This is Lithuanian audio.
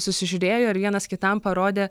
susižiūrėjo ir vienas kitam parodė